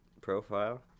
profile